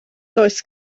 does